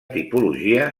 tipologia